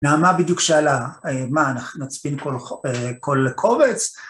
‫נעמה בדיוק שאלה, ‫מה, אנחנו נצפין כל... כל קובץ?